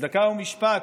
צדקה ומשפט,